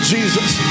Jesus